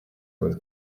with